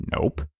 Nope